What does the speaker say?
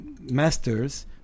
masters